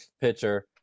pitcher